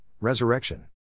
resurrection